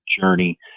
journey